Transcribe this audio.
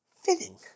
fitting